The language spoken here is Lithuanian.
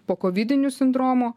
pokovidinių sindromo